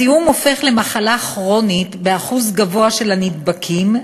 הזיהום הופך למחלה כרונית באחוז גבוה של הנדבקים,